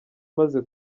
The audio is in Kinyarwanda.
umaze